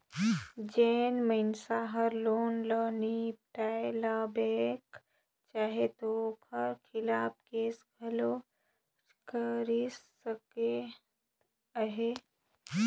जेन मइनसे हर लोन ल नी पटाय ता बेंक चाहे ता ओकर खिलाफ केस घलो दरज कइर सकत अहे